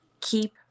keep